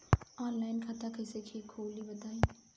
Online खाता कइसे खोली बताई?